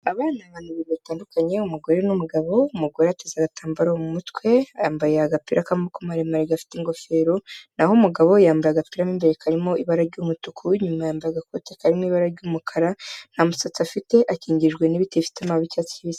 Abana abantu batandukanye umugore n'umugabo umugore ateze agatamba mu mumutwe yambaye agapira k'amaboko maremare gafite ingofero naho umugabo yambaye agapira mw'imbere karimo ibara ry'umutuku w'inyuma yambaye agakote karimo ibara ry'umukara nta musatsi afite akingirijwe n'ibiti bifite amababi y'icyatsi kibisi.